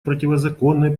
противозаконной